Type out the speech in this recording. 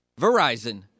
Verizon